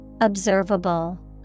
Observable